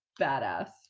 badass